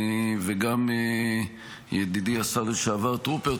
וגם ידידי השר לשעבר טרופר.